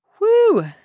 Woo